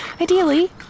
Ideally